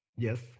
Yes